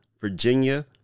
Virginia